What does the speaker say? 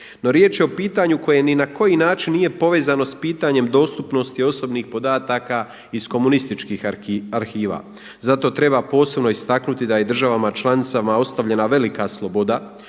No riječ je o pitanju koje ni na koji način nije povezano sa pitanjem dostupnosti osobnih podataka iz komunističkih arhiva. Zato treba posebno istaknuti da je i državama članicama ostavljena velika sloboda